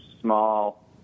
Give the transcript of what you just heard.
small